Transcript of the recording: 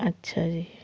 ਅੱਛਾ ਜੀ